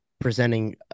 presenting